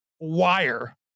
wire